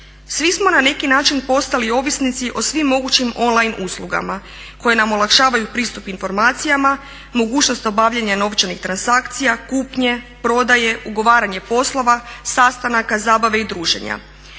Svi smo na neki način postali ovisnici o svim mogućim online uslugama koje nam olakšavaju pristup informacijama, mogućnost obavljanja novčanih transakcija, kupnje, prodaje, ugovaranje poslova, sastanaka, zabave i druženja.